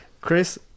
Chris